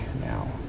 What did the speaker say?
now